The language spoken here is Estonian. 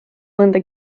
mõnda